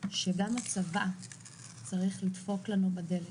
שגם הצבא צריך לדפוק לנו בדלת,